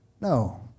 No